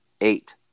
Eight